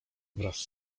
wraz